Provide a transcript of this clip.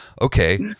okay